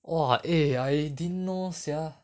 !wah! eh I didn't know sia